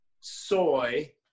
soy